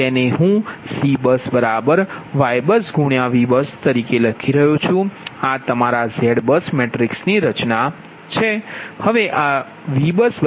તેને હું CBUSYBUSVBUSતરીકે લખી રહ્યો છું આ તમારા ZBUS મેટ્રિક્સની રચના છે